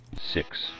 Six